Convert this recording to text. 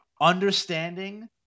Understanding